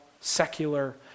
secular